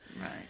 right